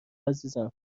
عزیزم